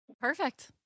Perfect